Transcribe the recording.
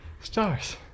Stars